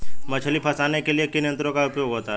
मछली फंसाने के लिए किन यंत्रों का उपयोग होता है?